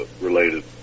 related